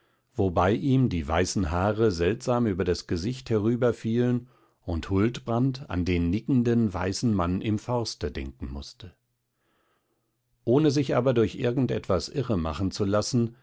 wobei ihm die weißen haare seltsam über das gesicht herüberfielen und huldbrand an den nickenden weißen mann im forste denken mußte ohne sich aber durch irgendetwas irremachen zu lassen